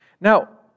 Now